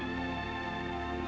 and